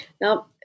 now